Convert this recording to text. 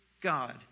God